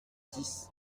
dix